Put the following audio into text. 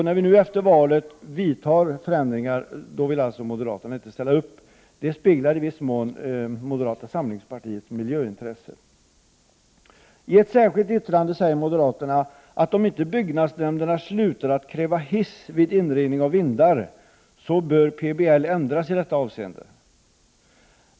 När vi nu efter valet vidtar förändringar vill moderaterna inte ställa upp. Detta speglar i viss mån moderata samlingspartiets miljöintresse. I ett särskilt yttrande säger moderaterna att om inte byggnadsnämnderna slutar att kräva hiss vid inredning av vindar, bör PBL ändras i detta avseende.